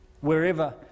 wherever